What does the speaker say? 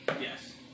Yes